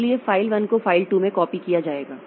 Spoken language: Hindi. इसलिए फाइल 1 को फाइल 2 में कॉपी किया जाएगा